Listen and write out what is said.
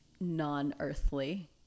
non-earthly